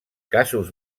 casos